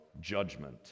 judgment